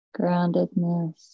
groundedness